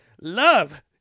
love